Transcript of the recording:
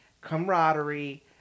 camaraderie